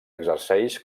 exerceix